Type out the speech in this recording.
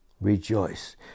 rejoice